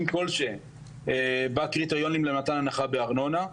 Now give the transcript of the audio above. כלשהם בקריטריונים למתן הנחה בארנונה,